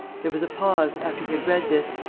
there was a pause, after he had read this,